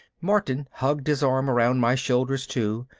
martin hugged his arm around my shoulders too,